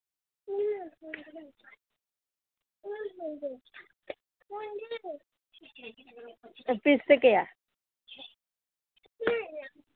ꯄꯤꯁꯇ ꯀꯌꯥ